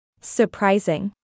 Surprising